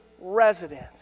residents